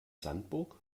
sandburg